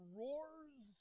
roars